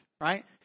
right